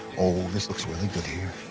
oh, this looks really good here.